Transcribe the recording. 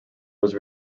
was